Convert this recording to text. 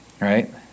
right